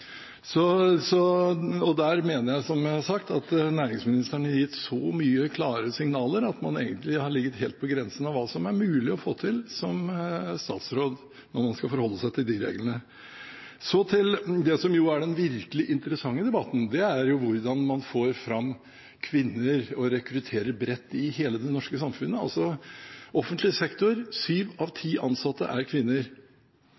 Der mener jeg, som sagt, at næringsministeren har gitt så mange klare signaler at man egentlig har ligget helt på grensen av hva som er mulig å få til som statsråd når man skal forholde seg til de reglene. Så til det som jo er den virkelig interessante debatten, og det er hvordan man får fram kvinner og rekrutterer bredt i hele det norske samfunnet. Altså: I offentlig sektor er syv av